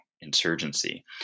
insurgency